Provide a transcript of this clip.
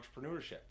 entrepreneurship